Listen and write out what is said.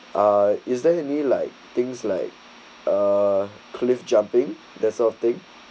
uh is there any like things like a cliff jumping that sort of thing